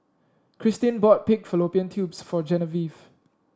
Krystin bought Pig Fallopian Tubes for Genevieve